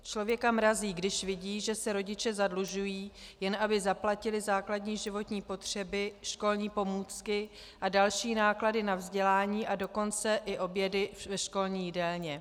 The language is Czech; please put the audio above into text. Člověka mrazí, když vidí, že se rodiče zadlužují, jen aby zaplatili základní životní potřeby, školní pomůcky a další náklady na vzdělání, a dokonce i obědy ve školní jídelně.